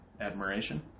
admiration